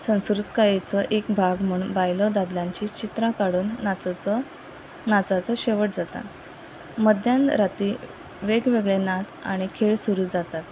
संस्कृतकायेचो एक भाग म्हूण बायलो दादल्यांची चित्रां काडून नाचोचो नाचाचो शेवट जाता मद्यान राती वेगवेगळे नाच आनी खेळ सुरू जातात